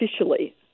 officially